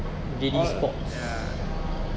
all ya